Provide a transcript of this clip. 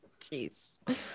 Jeez